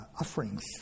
offerings